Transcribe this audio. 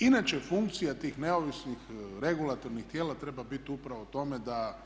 Inače funkcija tih neovisnih, regulatornih tijela treba biti upravo o tome da